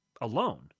alone